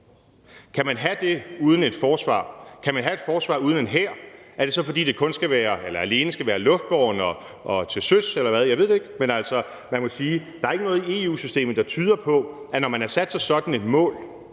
Kan man have det uden et forsvar? Kan man have et forsvar uden en hær? Er det så, fordi det alene skal være luftbåren og til søs eller hvad? Jeg ved det ikke. Men altså, man må sige, at der ikke er noget i EU-systemet, der tyder på, at tingene, når man har sat sig sådan et mål,